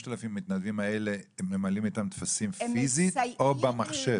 5,000 המתנדבים האלה ממלאים איתם טפסים פיזית או במחשב?